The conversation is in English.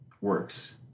works